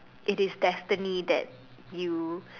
it is destiny that you